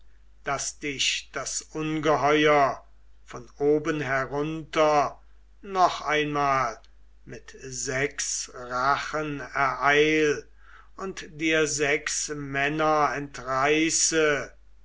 daß dich das ungeheuer von oben herunter noch einmal mit sechs rachen ereil und dir sechs männer entreiße